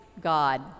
God